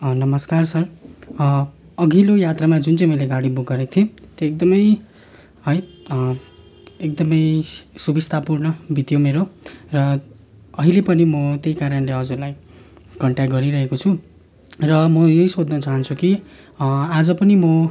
नमस्कार सर अघिल्लो यात्रामा जुन चाहिँ मैले गाडी बुक गरेको थिएँ त्यो एकदमै है एकदमै सुविस्तापूर्ण बित्यो मेरो र अहिले पनि म त्यही कारणले हजुरलाई कन्ट्याक्ट गरिरहेको छु र म यही सोध्न चाहन्छु कि आज पनि म